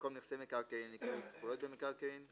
(1)במקום "נכסי מקרקעין" יקראו "זכויות במקרקעין";